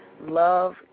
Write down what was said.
love